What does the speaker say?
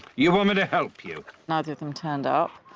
you want me to help you? neither of them turned up,